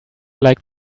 like